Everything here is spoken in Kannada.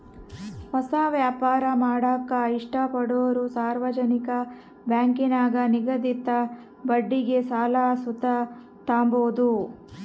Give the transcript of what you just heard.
ಹೊಸ ವ್ಯಾಪಾರ ಮಾಡಾಕ ಇಷ್ಟಪಡೋರು ಸಾರ್ವಜನಿಕ ಬ್ಯಾಂಕಿನಾಗ ನಿಗದಿತ ಬಡ್ಡಿಗೆ ಸಾಲ ಸುತ ತಾಬೋದು